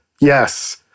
Yes